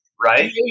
Right